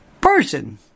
person